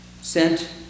sent